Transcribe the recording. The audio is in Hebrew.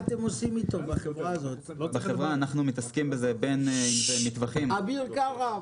אנחנו מתעסקים עם זה בין אם זה מטווחים ------ אביר קארה,